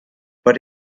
but